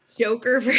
Joker